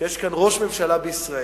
שיש כאן ראש ממשלה בישראל